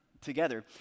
together